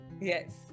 Yes